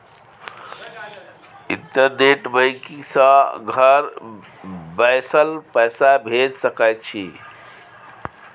internet banking सँ घर बैसल पैसा भेज सकय छी